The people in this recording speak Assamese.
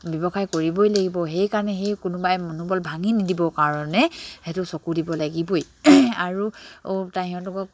ব্যৱসায় কৰিবই লাগিব সেইকাৰণে সেই কোনোবাই মনোবল ভাঙি নিদিবৰ কাৰণে সেইটো চকু দিব লাগিবই আৰু